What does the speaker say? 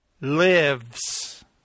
lives